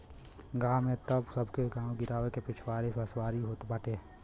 गांव में तअ सबके गांव गिरांव के पिछवारे बसवारी होत बाटे